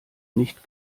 nicht